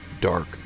dark